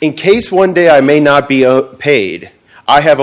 in case one day i may not be paid i have a